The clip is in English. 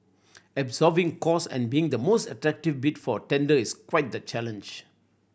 absorbing cost and being the most attractive bid for a tender is quite the challenge